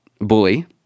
bully